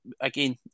again